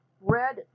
red